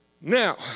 Now